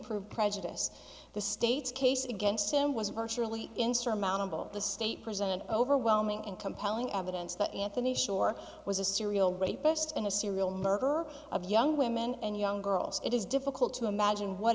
prove prejudice the state's case against him was virtually insurmountable the state presented overwhelming and compelling evidence that anthony sure was a serial rapist and a serial murderer of young women and young girls it is difficult to imagine what